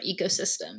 ecosystem